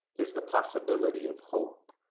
there's the possibility of hope.